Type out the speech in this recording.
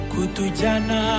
Kutujana